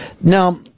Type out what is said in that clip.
Now